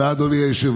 תודה, אדוני היושב-ראש.